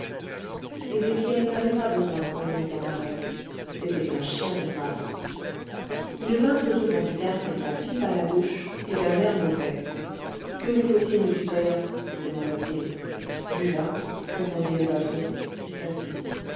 ezéchiel n'avait pas besoin qu'on le mit en arrêt c'était un chien de race il vint au-devant du gardien la pipe à la bouche et d'un air mauvais que vous faut-il citoyen demanda-t-il du vin répondit le patron qui s'assit